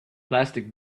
plastic